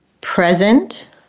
present